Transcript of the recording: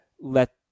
let –